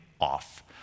off